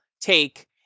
take